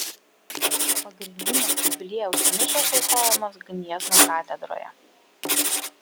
pagrindinės jubiliejaus mišios aukojamos gniezno katedroje